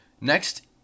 Next